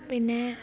പിന്നെ